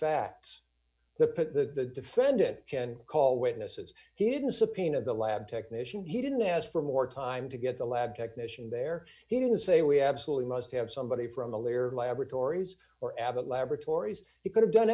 facts the defendant can call witnesses he didn't subpoena the lab technician he didn't ask for more time to get the lab technician there he didn't say we absolutely must have somebody from the lawyer laboratories or abbott laboratories he could have done